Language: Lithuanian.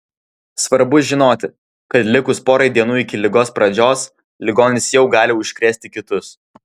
svarbu žinoti kad likus porai dienų iki ligos pradžios ligonis jau gali užkrėsti kitus